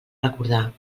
recordar